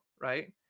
right